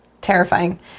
Terrifying